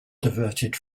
diverted